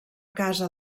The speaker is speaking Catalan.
casa